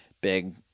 big